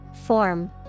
Form